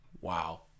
Wow